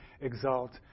exalt